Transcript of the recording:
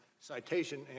citation